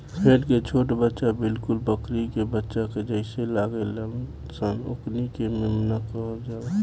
भेड़ के छोट बच्चा बिलकुल बकरी के बच्चा के जइसे लागेल सन ओकनी के मेमना कहल जाला